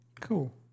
Cool